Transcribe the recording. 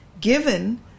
given